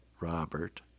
Robert